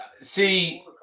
See